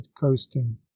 coasting